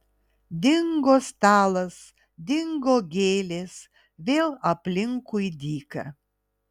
dingo stalas dingo gėlės vėl aplinkui dyka